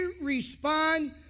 respond